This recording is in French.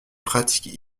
pratiques